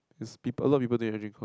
is people a lot people doing engine comp